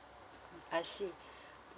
mm I see